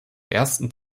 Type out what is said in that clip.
ersten